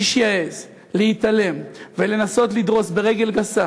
מי שיעז להתעלם ולנסות לדרוס ברגל גסה